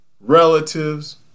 relatives